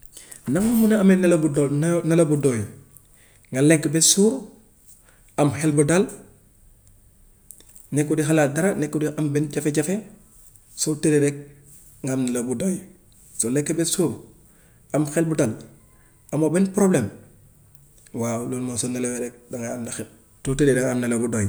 Naka nga mun a amee nelaw bu do- ne- nelaw bu doy, nga lekk ba suur, am xel bu dal, nekkoo di xalaat dara, nekkoo di am benn jafe-jafe, soo tëddee rek nga am nelaw bu doy. Soo lekkee ba suur am xel bu dal, amoo benn problème, waaw loolu moom soo nelawee rek dangay ànd xe- soo tëddee dangay am nelaw bu doy.